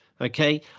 Okay